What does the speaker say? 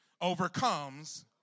overcomes